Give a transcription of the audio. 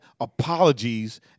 apologies